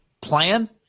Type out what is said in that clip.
plan